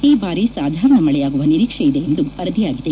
ಈ ಬಾರಿ ಸಾಧಾರಣ ಮಳೆಯಾಗುವ ನಿರೀಕ್ಷೆಯಿದೆ ಎಂದು ವರದಿಯಾಗಿದೆ